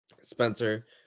Spencer